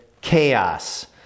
chaos